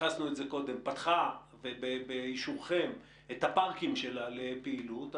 כמו שרעננה פתחה את הפארקים שלה לפעילות,